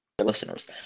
listeners